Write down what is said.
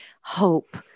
hope